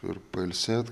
ir pailsėt